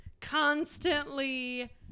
constantly